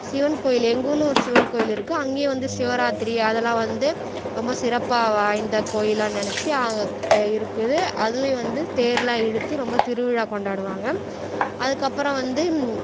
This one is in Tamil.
சிவன் கோயில் எங்கள் ஊரில் ஒரு சிவன் கோயில் இருக்குது அங்கேயும் வந்து சிவராத்திரி அதெல்லாம் வந்து ரொம்ப சிறப்பு வாய்ந்த கோயிலாக நினச்சி இருக்குது அதுலேயும் வந்து தேரெல்லாம் இழுத்து ரொம்ப திருவிழா கொண்டாடுவாங்க அதுக்கப்புறம் வந்து